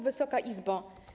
Wysoka Izbo!